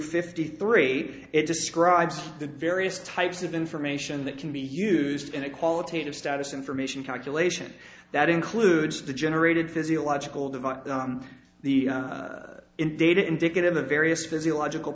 fifty three it describes the various types of information that can be used in a qualitative status information calculation that includes the generated physiological device the in data indicative of various physiological